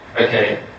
okay